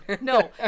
No